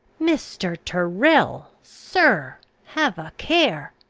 mr. tyrrel! sir have a care!